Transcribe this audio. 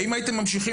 האם הייתם ממשיכים